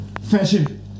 fashion